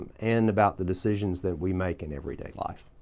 um and about the decisions that we make in everyday life.